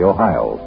Ohio